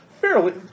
fairly